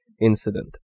incident